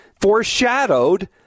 foreshadowed